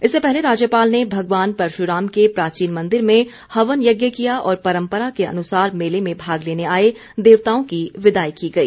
इससे पहले राज्यपाल ने भगवान परशुराम के प्राचीन मंदिर में हवन यज्ञ किया और परम्परा के अनुसार मेले में भाग लेने आए देवताओं की विदाई की गई